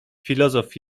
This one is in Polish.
filozof